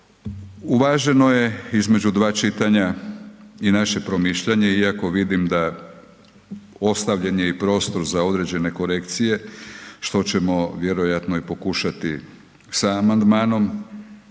Uvaženo je između dva čitanja i naše promišljanje iako vidim da ostavljen je i prostor za određene korekcije što ćemo vjerojatno i pokušati sa amandmanom,